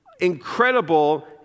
incredible